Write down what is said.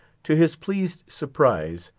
to his pleased surprise,